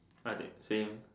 card the same